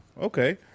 Okay